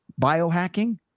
Biohacking